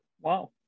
Wow